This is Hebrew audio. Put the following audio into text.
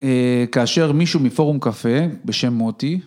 כאשר מישהו מפורום קפה, בשם מוטי.